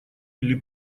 или